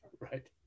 Right